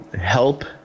help